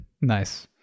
Nice